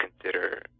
consider